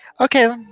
okay